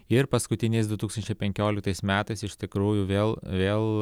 ir paskutiniais du tūkstančiai penkioliktais metais iš tikrųjų vėl vėl